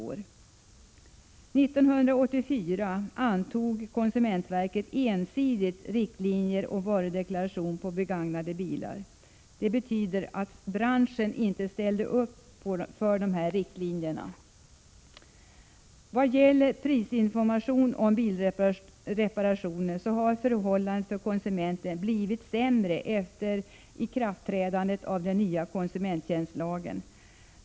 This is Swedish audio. År 1984 antog konsumentverket ensidigt riktlinjer om varudeklaration på begagnade bilar. Det betyder att branschen inte ställde upp för riktlinjerna. Vad gäller prisinformation om bilreparationer har förhållandet för konsumenten blivit sämre efter ikraftträdandet av den nya konsumenttjänstlagen.